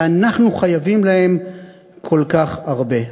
ואנחנו חייבים להם כל כך הרבה.